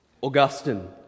Augustine